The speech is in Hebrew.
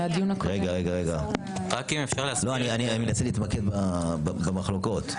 אני מנסה להתמקד במחלוקות.